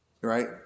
right